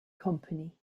company